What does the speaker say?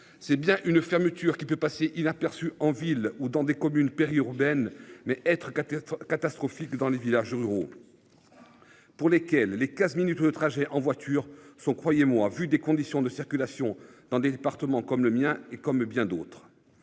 C'est bien une fermeture qui peut passer inaperçu. En ville ou dans des communes périurbaines mais être catastrophe catastrophique dans les villages ruraux. Pour lesquels les 15 minutes de trajet en voiture son croyez-moi vu des conditions de circulation dans des départements comme le mien et comme bien d'autres.